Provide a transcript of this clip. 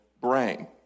brain